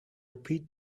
repeat